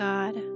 God